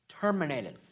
terminated